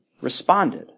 responded